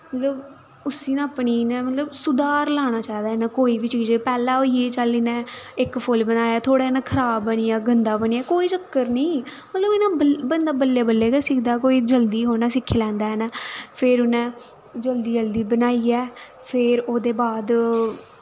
मतलब उस्सी ना अपनी इ'नै मतलब सुधार लाना चाहिदा इ'नै कोई बी चीजे पैह्लै होई चल इ'ने इक फुल्ल बनाया थोह्ड़ा इ'ने खराब बनी आ गंदा बनी आ कोई चक्कर निं मतलब इयां बंदा बल्लें बल्लें गै सिखदा कोई जल्दी थोह्ड़ी ना सिक्खी लैंदा ऐ ना फिर उ'नें जल्दी जल्दी बनाइयै फिर ओह्दे बाद